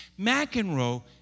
McEnroe